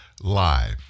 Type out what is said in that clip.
Live